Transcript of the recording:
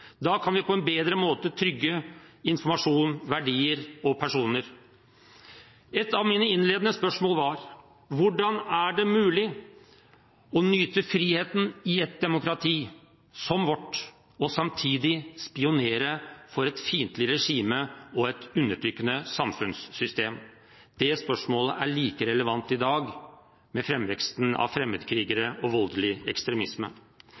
Da kan vi på en bedre måte trygge informasjon, verdier og personer. Et av mine innledende spørsmål var: Hvordan er det mulig å nyte friheten i et demokrati som vårt og samtidig spionere for et fiendtlig regime og et undertrykkende samfunnssystem? Det spørsmålet er like relevant i dag, med framveksten av fremmedkrigere og voldelig ekstremisme.